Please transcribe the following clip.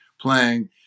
playing